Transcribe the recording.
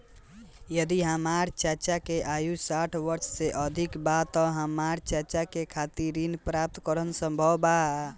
यदि हमार चाचा के आयु साठ वर्ष से अधिक बा त का हमार चाचा के खातिर ऋण प्राप्त करना संभव बा?